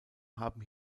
haben